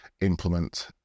implement